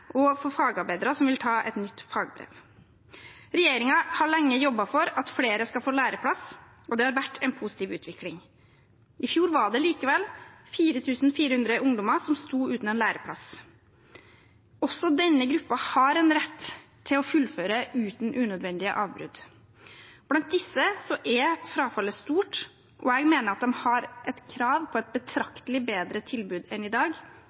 og for fagarbeidere som vil ta et nytt fagbrev. Regjeringen har lenge jobbet for at flere skal få læreplass, og det har vært en positiv utvikling. I fjor var det likevel 4 400 ungdommer som sto uten en læreplass. Også denne gruppen har en rett til å fullføre uten unødvendig avbrudd. Blant disse er frafallet stort, og jeg mener at de har krav på et betraktelig bedre tilbud enn i dag.